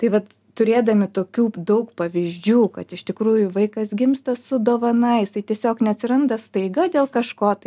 tai vat turėdami tokių daug pavyzdžių kad iš tikrųjų vaikas gimsta su dovana jisai tiesiog neatsiranda staiga dėl kažko tai